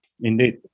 Indeed